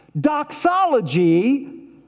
Doxology